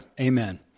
Amen